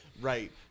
right